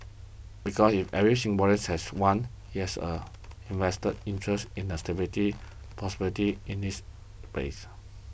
because if every Singaporeans has one he has a invested interest in the stability prosperity in this place